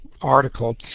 article